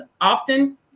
often